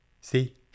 See